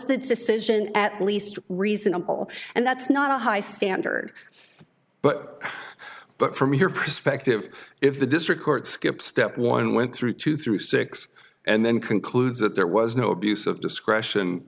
suspicion at least reasonable and that's not a high standard but but from your perspective if the district court skip step one went through two through six and then concludes that there was no abuse of discretion